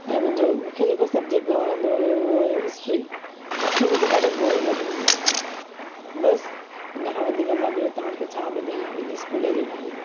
ऐं मुंहिंजो मूंखे जेको सबजैक्ट न वड़ंदो हुयो उहो हुयो हिस्ट्री हिस्ट्री मूंखे ॾाढो बोर लगंदो हुयो बसि हिनखां वधीक मां ॿियो तव्हांखे छा ॿुधाया पंहिंजे स्कूल जे बारे में